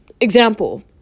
Example